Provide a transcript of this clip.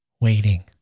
waiting